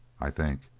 i think.